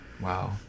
Wow